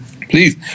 please